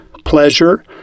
pleasure